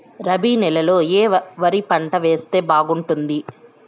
రబి నెలలో ఏ వరి పంట వేస్తే బాగుంటుంది